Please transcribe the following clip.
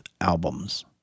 albums